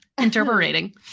interpreting